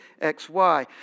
XY